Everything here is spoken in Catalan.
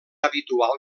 habitual